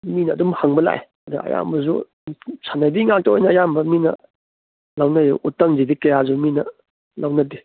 ꯃꯤꯅ ꯑꯗꯨꯝ ꯍꯪꯕ ꯂꯥꯛꯑꯦ ꯑꯗ ꯑꯌꯥꯝꯕꯁꯨ ꯁꯟꯅꯩꯕꯤ ꯉꯥꯛꯇ ꯑꯣꯏꯅ ꯑꯌꯥꯝꯕ ꯃꯤꯅ ꯂꯧꯅꯩ ꯎꯇꯪꯁꯤꯗꯤ ꯀꯌꯥꯁꯨ ꯃꯤꯅ ꯂꯧꯅꯗꯦ